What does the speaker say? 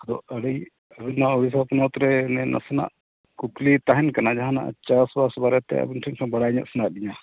ᱟᱫᱚ ᱟᱹᱰᱤ ᱟᱹᱰᱤ ᱯᱚᱱᱚᱛ ᱨᱮ ᱱᱟᱥᱮᱱᱟᱜ ᱠᱩᱠᱞᱤ ᱛᱟᱦᱮᱱ ᱠᱟᱱᱟ ᱡᱟᱦᱟᱸ ᱱᱟᱦᱟᱸᱜ ᱪᱟᱥᱵᱟᱥ ᱵᱟᱨᱮᱛᱮ ᱟᱵᱮᱱ ᱴᱷᱮᱱ ᱠᱷᱚᱱ ᱵᱟᱲᱟᱭ ᱧᱚᱜ ᱥᱟᱱᱟᱭᱮᱫ ᱞᱤᱧᱟ